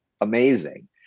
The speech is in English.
amazing